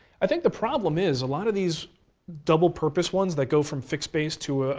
i think the problem is a lot of these double purpose ones that go from fixed base to